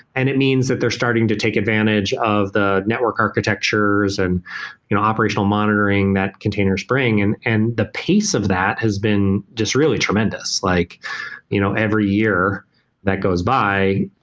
and it means that they're starting to take advantage of the network architectures and operational monitoring that containers bring, and and the pace of that has been just really tremendous. like you know every year that goes by,